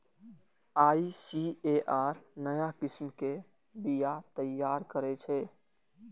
ICAR नया किस्म के बीया तैयार करै छै